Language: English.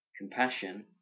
compassion